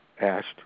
asked